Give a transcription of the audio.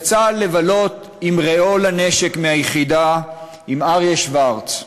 יצא לבלות עם רעו לנשק מהיחידה, עם אריה שוורץ,